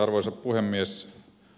arvoisa puhemies